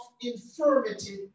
infirmity